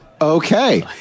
okay